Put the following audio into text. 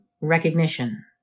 recognition